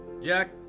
Jack